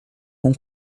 com